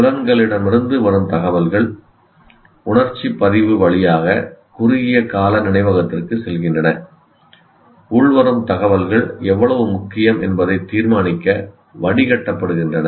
புலன்களிடமிருந்து வரும் தகவல்கள் உணர்ச்சி பதிவு வழியாக குறுகிய கால நினைவகத்திற்கு செல்கின்றன உள்வரும் தகவல்கள் எவ்வளவு முக்கியம் என்பதை தீர்மானிக்க வடிகட்டப்படுகின்றன